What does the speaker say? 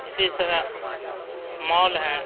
اسی طرح مال ہے